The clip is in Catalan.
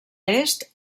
est